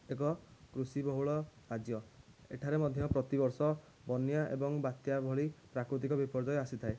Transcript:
ଏକ କୃଷିବହୁଳ ରାଜ୍ୟ ଏଠାରେ ମଧ୍ୟ ପ୍ରତି ବର୍ଷ ବନ୍ୟା ଏବଂ ବାତ୍ୟା ଭଳି ପ୍ରାକୃତିକ ବିପର୍ଯ୍ୟୟ ଆସିଥାଏ